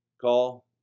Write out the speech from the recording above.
call